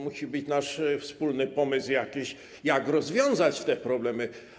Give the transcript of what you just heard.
Musi być nasz wspólny pomysł, jak rozwiązać te problemy.